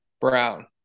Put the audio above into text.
Brown